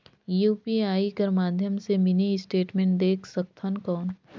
UPI कर माध्यम से मिनी स्टेटमेंट देख सकथव कौन?